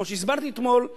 כמו שהסברתי אתמול,